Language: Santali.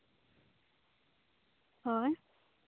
ᱦᱳᱭ